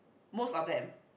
most of them